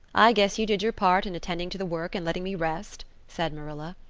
i guess you did your part in attending to the work and letting me rest, said marilla.